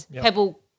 Pebble